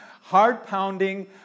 heart-pounding